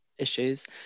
issues